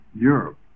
Europe